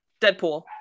Deadpool